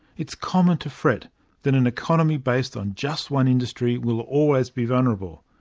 it is common to fret that an economy based on just one industry will always be vulnerable.